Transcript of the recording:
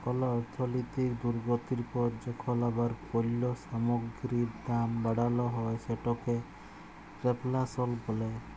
call অর্থলৈতিক দুর্গতির পর যখল আবার পল্য সামগ্গিরির দাম বাড়াল হ্যয় সেটকে রেফ্ল্যাশল ব্যলে